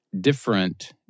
different